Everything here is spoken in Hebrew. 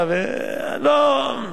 הקשיח את עמדתו מול הענישה, ולא,